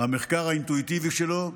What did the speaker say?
המחקר האינטואיטיבי שלו צודק.